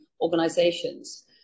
organizations